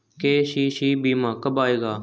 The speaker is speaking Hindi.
के.सी.सी बीमा कब आएगा?